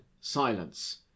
silence